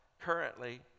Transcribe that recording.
currently